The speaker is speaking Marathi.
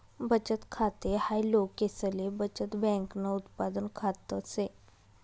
बचत खाते हाय लोकसले बचत बँकन उत्पादन खात से